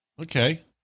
Okay